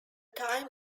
time